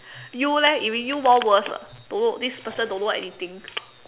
you leh if it you more worse ah don't know this person don't know anything